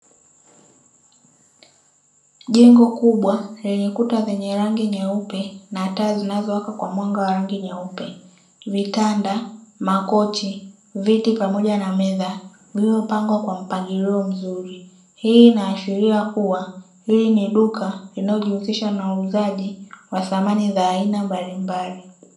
Jengo kubwa lenye kuta zenye rangi nyeupe na taa zinazowaka kwa mwanga wa rangi nyeupe, vitanda, makochi, viti pamoja na meza; vilivyopangwa kwa mpangilio mzuri. Hii inaashiria kuwa hili ni duka linalojihusisha na uuzaji wa samani za aina mbalimbali.